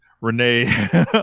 Renee